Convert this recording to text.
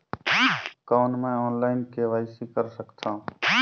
कौन मैं online KYC कर सकथव?